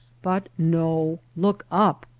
but no. look up!